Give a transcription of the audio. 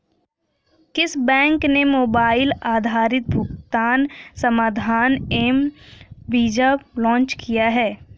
किस बैंक ने मोबाइल आधारित भुगतान समाधान एम वीज़ा लॉन्च किया है?